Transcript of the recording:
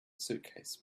suitcase